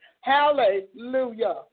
Hallelujah